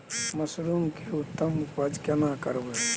Mushroom के उत्तम उपज केना करबै?